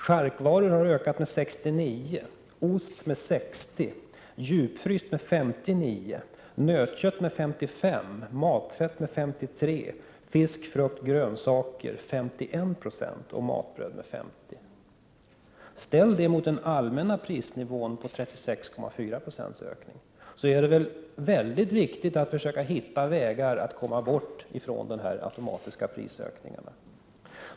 Charkvaror har ökat med 69, ost med 60, djupfryst med 59, nötkött med 55, matfett med 53, fisk, frukt och grönsaker med 51 och matbröd med 50 96. Ställ detta mot den allmänna prisnivån som har ökat med 36,4 90! Det är väldigt viktigt att hitta vägar bort från de automatiska prisökningarna.